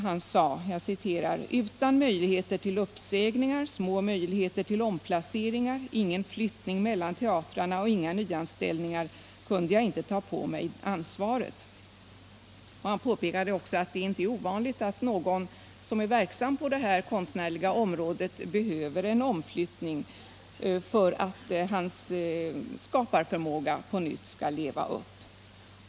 Han sade: ”Utan möjligheter till uppsägningar, små möjligheter till omplaceringar, ingen flyttning mellan teatrarna och inga nyanställningar kunde jag inte ta på mig ansvaret.” Han påpekar också att det inte är ovanligt att en person som är verksam på det här konstnärliga området behöver en omflyttning för att hans skaparförmåga på nytt skall leva upp.